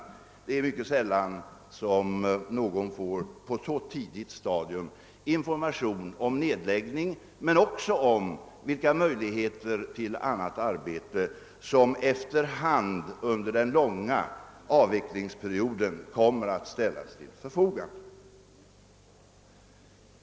Det är mycket sällan som någon på ett så tidigt stadium får information om nedläggning men också om vilka möjligheter till annat arbete som efter hand under den långa avvecklingsperioden kan beredas.